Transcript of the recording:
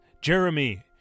Jeremy